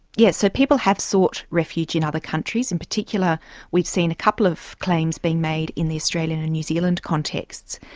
yes, so people have sought refuge in other countries, in particular we've seen a couple of claims being made in the australian and new zealand contexts,